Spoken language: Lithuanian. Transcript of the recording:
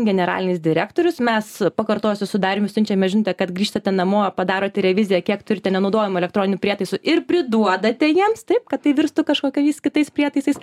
generalinis direktorius mes pakartosiu su darium siunčiame žinutę kad grįžtate namo padarote reviziją kiek turite nenaudojamų elektroninių prietaisų ir priduodate jiems taip kad tai virstų kažkokiais kitais prietaisais